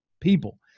people